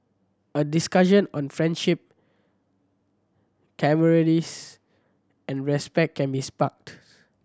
a discussion on friendship camaraderie's and respect can be sparked